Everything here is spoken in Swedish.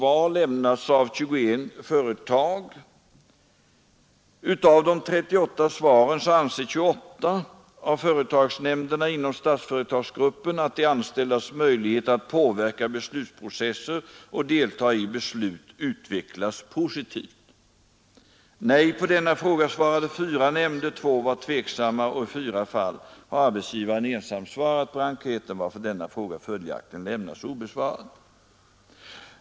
Av de 38 svaren framgår att 28 företagsnämnder inom statsföretagsgruppen anser att de anställdas möjlighet att påverka beslutsprocessen och delta i beslut utvecklas positivt. Fyra nämnder svarade nej, två var tveksamma och i fyra fall har arbetsgivaren ensam svarat på enkäten, varför följaktligen denna fråga lämnades obesvarad.